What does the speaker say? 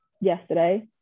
yesterday